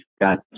got